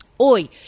Oi